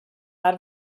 out